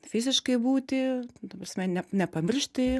fiziškai būti ta prasme ne nepamiršti